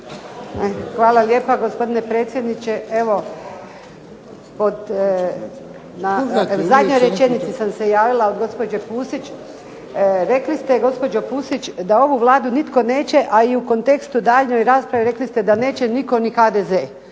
Hvala lijepa gospodine predsjedniče. Evo, zadnja rečenica sam se javila od gospođe Pusić, rekli ste gospođo Pusić da ovu Vladu nitko neće, a i u kontekstu u daljnjoj raspravi ste rekli neće nitko ni HDZ.